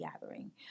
Gathering